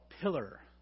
pillar